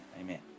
amen